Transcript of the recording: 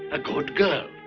a good girl.